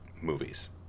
movies